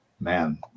man